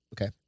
Okay